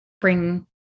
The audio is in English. bring